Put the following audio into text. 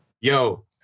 Yo